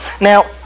Now